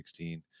2016